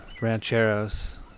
rancheros